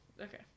okay